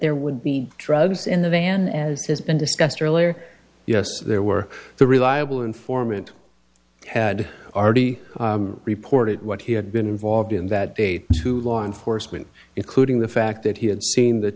there would be drugs in the van as has been discussed earlier yes there were the reliable informant had already reported what he had been involved in that day to law enforcement including the fact that he had seen the